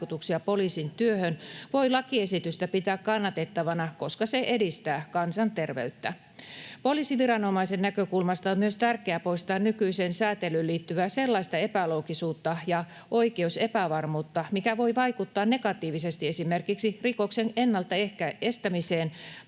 poliisin työhön, voi lakiesitystä pitää kannatettavana, koska se edistää kansanterveyttä. Poliisiviranomaisen näkökulmasta on myös tärkeää poistaa nykyiseen säätelyyn liittyvää sellaista epäloogisuutta ja oikeusepävarmuutta, mikä voi vaikuttaa negatiivisesti esimerkiksi rikoksen ennaltaestämiseen,